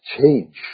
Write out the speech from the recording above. change